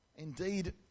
Indeed